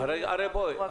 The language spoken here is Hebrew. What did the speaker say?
שאז זה כבר יהיה רטרואקטיבי.